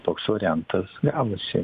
toks variantas gavosi